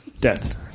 Death